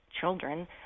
children